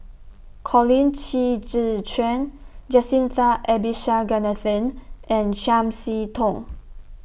Colin Qi Zhe Quan Jacintha Abisheganaden and Chiam See Tong